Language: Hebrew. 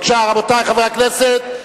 רבותי חברי הכנסת,